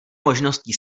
možností